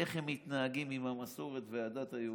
איך הם מתנהגים עם המסורת והדת היהודית?